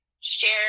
share